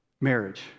marriage